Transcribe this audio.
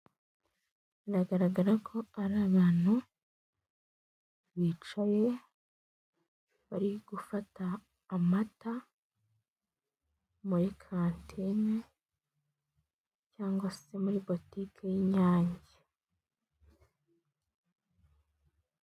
Biragaragara ko ari abantu bicaye bari gufata amata muri kantine cyangwa se muri botike y'inyange.